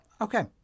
Okay